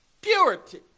purity